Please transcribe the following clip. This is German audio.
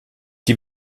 die